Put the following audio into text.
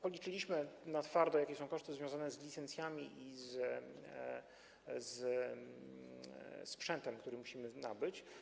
Policzyliśmy na twardo, jakie są koszty związane z licencjami i ze sprzętem, który musimy nabyć.